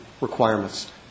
requirements